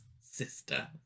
sister